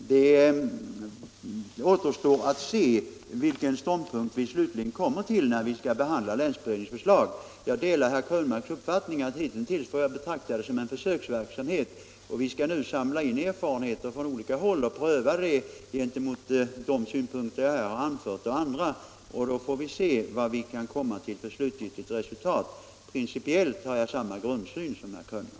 Det återstår att se vilken ståndpunkt vi slutligen kommer fram till när vi skall behandla länsberedningens förslag. Jag delar herr Krönmarks uppfattning att vi hitintills får betrakta lekmannastyrelsernas arbete som en försöksverksamhet. Vi skall nu samla in erfarenheter från olika håll och pröva dem mot de synpunkter som jag här anfört och även mot andra. Vi får se vilket slutgiltigt resultat vi då kan komma fram till. Principiellt har jag samma grundsyn som herr Krönmark.